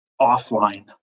offline